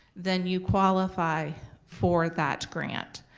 then you qualify for that grant.